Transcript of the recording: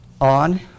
on